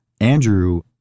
Andrew